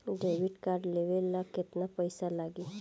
Debit card लेवे ला केतना पईसा लागी?